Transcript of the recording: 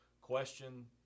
question